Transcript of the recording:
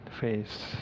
face